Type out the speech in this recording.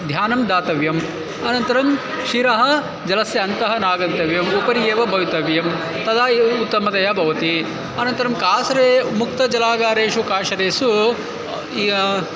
ध्यानं दातव्यम् अनन्तरं शिरः जलस्य अन्तः नागन्तव्यम् उपरि एव भवितव्यं तदा एव उत्तमतया भवति अनन्तरं कासारेषु मुक्तजलागारेषु कासारेषु या